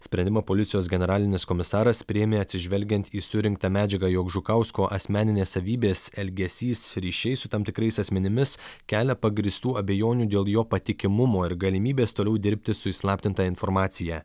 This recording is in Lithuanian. sprendimą policijos generalinis komisaras priėmė atsižvelgiant į surinktą medžiagą jog žukausko asmeninės savybės elgesys ryšiai su tam tikrais asmenimis kelia pagrįstų abejonių dėl jo patikimumo ir galimybės toliau dirbti su įslaptinta informacija